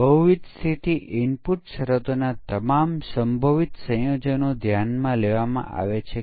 તેથી આને સોફ્ટવેરના ફંકશનલ સ્પષ્ટીકરણ તરીકે પણ કહેવામાં આવે છે